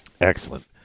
Excellent